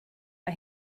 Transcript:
mae